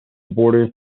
borders